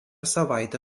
savaitę